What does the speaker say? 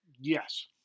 Yes